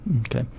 Okay